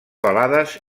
balades